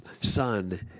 son